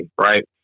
right